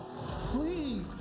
please